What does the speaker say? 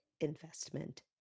investment